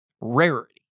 Rarity